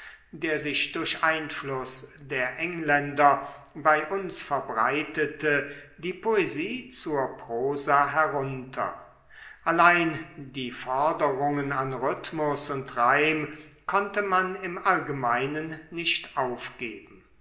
der sich durch einfluß der engländer bei uns verbreitete die poesie zur prosa herunter allein die forderungen an rhythmus und reim konnte man im allgemeinen nicht aufgeben